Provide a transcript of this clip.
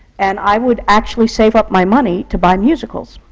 and i would actually save up my money to buy musicals.